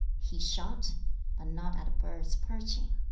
he shot but not at birds perching.